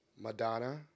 Madonna